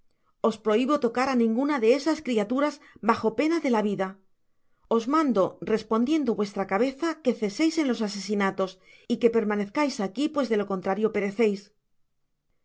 os prohibo tocar á ninguna de esas criaturas bajo pena de la vida os mando respondiendo vuestra cabeza que ceseis en los asesinatos y que permanezcais aqui pues de lo contrario pereceis caballero me